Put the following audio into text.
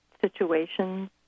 situations